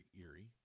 eerie